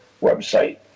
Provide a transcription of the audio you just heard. website